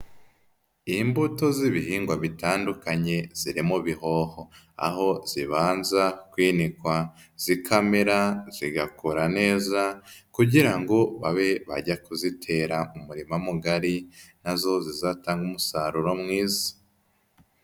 Imbuto z'ibihingwa bitandukanye ziri mu bihoho. Aho zibanza kwinikwa zikamera, zigakora neza kugira ngo babe bajya kuzitera mu murima mugari na zo zizatanga umusaruro mwiza.